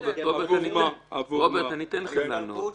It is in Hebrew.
רוברט, זה נגמר.